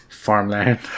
farmland